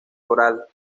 coral